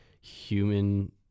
human